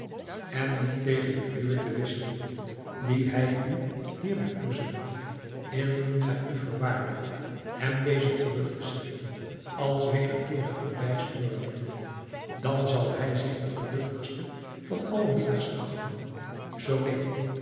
en die tegen den uwen te verwisselen dien hij u hierbij toezendt indien gij u verwaardigt hem dezen terug te zenden als wederkeerig bewijs uwer liefde dan zal hij zich den gelukkigsten van alle minnaars achten zoo neen